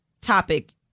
topic